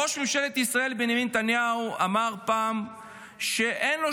ראש ממשלת ישראל בנימין נתניהו אמר פעם שאין לו